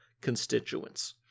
constituents